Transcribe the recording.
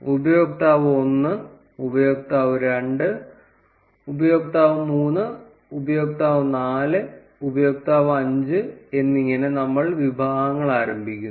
ഉപയോക്താവ് 1 ഉപയോക്താവ് 2 ഉപയോക്താവ് 3 ഉപയോക്താവ് 4 ഉപയോക്താവ് 5 എന്നിങ്ങനെ നമ്മൾ വിഭാഗങ്ങൾ ആരംഭിക്കുന്നു